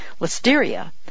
listeria